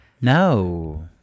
No